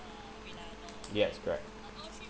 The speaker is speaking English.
yes correct